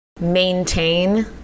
maintain